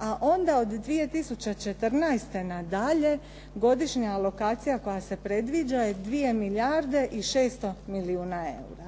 a onda od 2014. nadalje godišnja alokacija koja se predviđa je 2 milijarde i 600 milijuna eura.